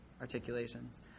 articulations